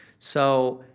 so,